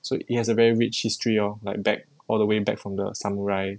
so it has a very rich history lor like back all the way back from the samurai